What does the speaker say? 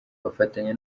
bafatanya